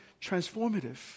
transformative